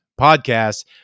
podcast